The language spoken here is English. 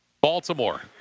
Baltimore